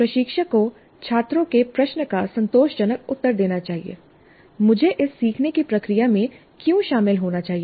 प्रशिक्षक को छात्रों के प्रश्न का संतोषजनक उत्तर देना चाहिए मुझे इस सीखने की प्रक्रिया में क्यों शामिल होना चाहिए